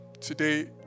today